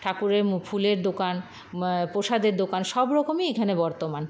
ঠাকুরের মু ফুলের দোকান প্রসাদের দোকান সব রকমই এখানে বর্তমান